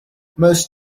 most